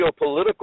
geopolitical